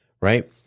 Right